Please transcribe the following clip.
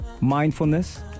Mindfulness